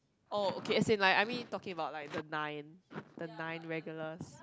oh okay as in like I mean talking about the nine the nine regulars